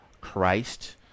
Christ